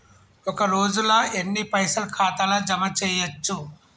ఒక రోజుల ఎన్ని పైసల్ ఖాతా ల జమ చేయచ్చు?